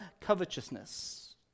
covetousness